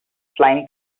flying